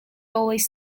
always